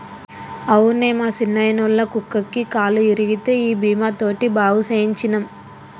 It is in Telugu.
అవునే మా సిన్నాయిన, ఒళ్ళ కుక్కకి కాలు ఇరిగితే ఈ బీమా తోటి బాగు సేయించ్చినం